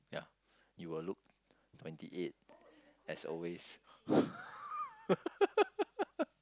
yeah you will look twenty eight as always